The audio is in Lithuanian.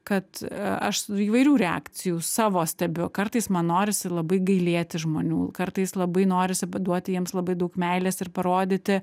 kad aš įvairių reakcijų savo stebiu kartais man norisi labai gailėti žmonių kartais labai norisi duoti jiems labai daug meilės ir parodyti